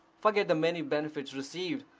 forget the many benefits received,